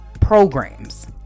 programs